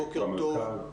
בוקר טוב.